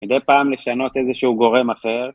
מדי פעם לשנות איזשהו גורם אחר